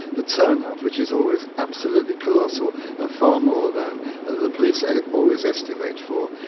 the turnout which is always absolutely colossal and far more than the police always estimate for.